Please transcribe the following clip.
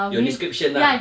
your description lah